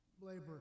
labor